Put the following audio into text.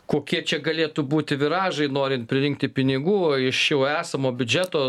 kokie čia galėtų būti viražai norint pririnkti pinigų iš jau esamo biudžeto